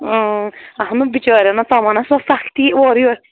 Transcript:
اۭں اہنُو بِچٲرٮ۪ن تِمن ہاو سۄ سختی اورٕ یور